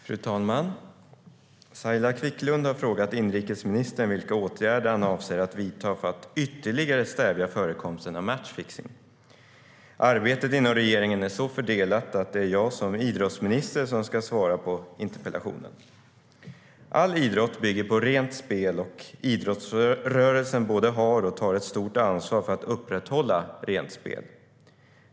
Fru talman! Saila Quicklund har frågat inrikesministern vilka åtgärder han avser att vidta för att ytterligare stävja förekomsten av matchfixning. Arbetet inom regeringen är så fördelat att det är jag som idrottsminister som ska svara på interpellationen. All idrott bygger på rent spel och idrottsrörelsen både har och tar ett stort ansvar för att upprätthålla rent spel.